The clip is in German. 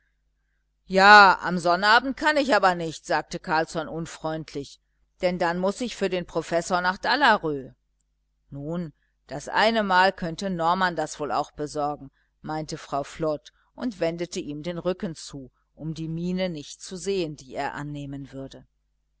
ja am sonnabend kann ich aber nicht sagte carlsson unfreundlich denn dann muß ich für den professor nach dalarö nun das eine mal könnte norman das wohl auch besorgen meinte frau flod und wendete ihm den rücken zu um die miene nicht zu sehen die er annehmen würde